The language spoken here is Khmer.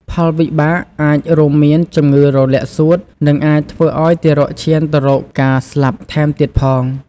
ផលវិបាកអាចរួមមានជំងឺរលាកសួត និងអាចធ្វើឱ្យទារកឈានទៅរកការស្លាប់ថែមទៀតផង។